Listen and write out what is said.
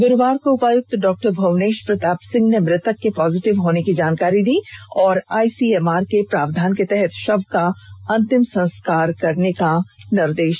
गुरुवार को उपायुक्त डॉ भुवनेश प्रताप सिंह ने मृतक के पॉजिटिव होने की जानकारी दी और आईसीएमआर के प्रावधान के तहत शव का अंतिम संस्कार करने का निर्देश दिया